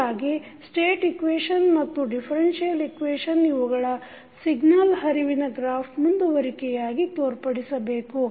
ಹೀಗಾಗಿ state equation ಮತ್ತು differential equation ಇವುಗಳನ್ನು ಸಿಗ್ನಲ್ ಹರಿವಿನ ಗ್ರಾಫ್ ಮುಂದುವರಿಕೆಯಾಗಿ ತೋರ್ಪಡಿಸಬೇಕು